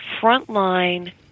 frontline